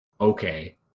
okay